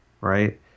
Right